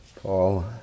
Paul